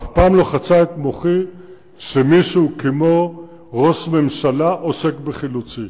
אף פעם לא חצה את מוחי שמישהו כמו ראש ממשלה עוסק בחילוצי,